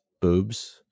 boobs